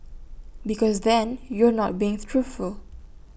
because then you are not being truthful